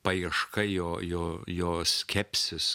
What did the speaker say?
paieška jo jo skepsis